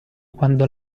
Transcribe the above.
quando